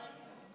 מה?